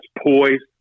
poised